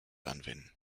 anwenden